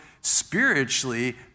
spiritually